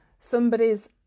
Somebody's